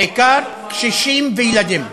בעיקר קשישים וילדים.